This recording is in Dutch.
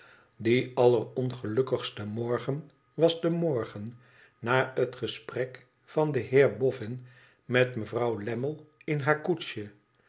die allerongelukkigste morgen was de morgen na het gesprek van den heer boffin met mevrouw lammie in haar koetsje